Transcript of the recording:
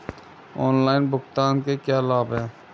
Online भुगतान के क्या लाभ हैं?